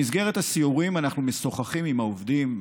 במסגרת הסיורים אנחנו משוחחים עם העובדים,